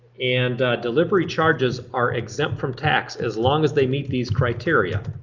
and delivery charges are exempt from tax as long as they meet these criteria.